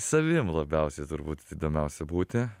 savim labiausiai turbūt įdomiausia būti